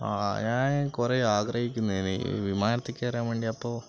ആ ഞാൻ കുറേ ആഗ്രഹിക്കുന്നതിന് ഈ വിമാനത്തിൽ കയറാൻ വേണ്ടി അപ്പോൾ